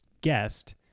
guest